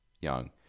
young